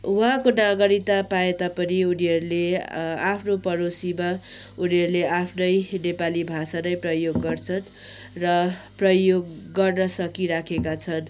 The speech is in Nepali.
वहाँका नागरिकता पाएता पनि उनीहरूले आफ्नो पडोसीमा उनीहरूले आफ्नै नेपाली भाषा नै प्रयोग गर्छन् र प्रयोग गर्न सकिराखेका छन्